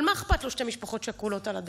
אבל מה אכפת משתי משפחות שכולות על הדרך?